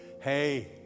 Hey